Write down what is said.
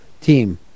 team